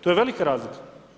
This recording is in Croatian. To je velika razlika.